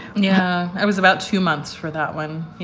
yeah, that was about two months for that one.